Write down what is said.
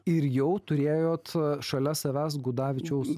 ir jau turėjot šalia savęs gudavičiaus